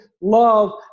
love